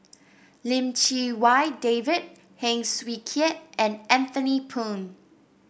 Lim Chee Wai David Heng Swee Keat and Anthony Poon